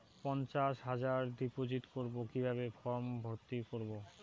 পঞ্চাশ হাজার ডিপোজিট করবো কিভাবে ফর্ম ভর্তি করবো?